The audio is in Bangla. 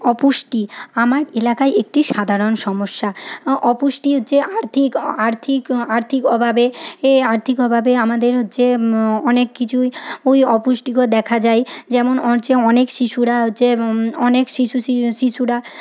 অপুষ্টি আমার এলাকায় একটি সাধারণ সমস্যা অপুষ্টির যে আর্থিক আর্থিক আর্থিক অভাবে এই আর্থিক অভাবে আমাদের হচ্ছে অনেক কিছুই অপুষ্টিকর দেখা যায় যেমন হচ্ছে অনেক শিশুরা হচ্ছে অনেক শিশু শিশুরা